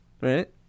right